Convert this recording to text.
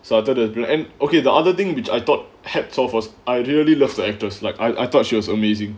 started to an okay the other thing which I thought hearts of was I really love the actress like I thought she was amazing